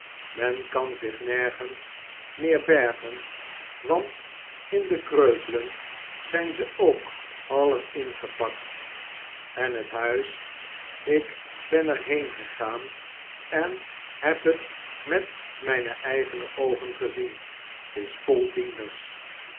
men kan zich nergens meer bergen want in de kreupelen zijn ze ook allen ingepakt en het huis ik ben er heen gegaan en heb het met mijne eigene oogen gezien is